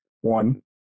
one